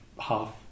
half